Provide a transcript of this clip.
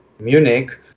Munich